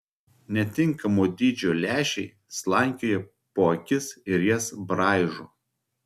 netinkamo dydžio lęšiai slankioja po akis ir jas braižo